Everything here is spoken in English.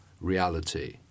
reality